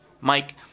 Mike